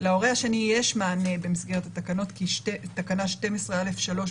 להורה השני יש מענה במסגרת התקנות כי תקנה 12(א)(3)